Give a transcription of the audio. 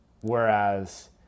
whereas